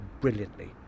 brilliantly